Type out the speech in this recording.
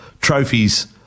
trophies